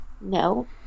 No